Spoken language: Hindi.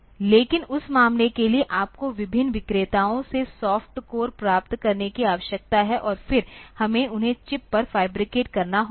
लेकिन उस मामले के लिए आपको विभिन्न विक्रेताओं से सॉफ्ट कोर प्राप्त करने की आवश्यकता है और फिर हमें उन्हें चिप पर फैब्रिकेट करना होगा